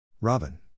Robin